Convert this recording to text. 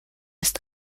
ist